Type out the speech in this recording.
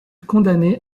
condamnés